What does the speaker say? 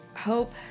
hope